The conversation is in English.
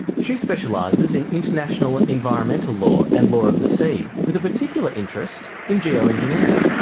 she specialises in international environmental law and law of the sea with a particular interest in geo-engineering.